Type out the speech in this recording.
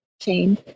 chain